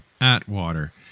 atwater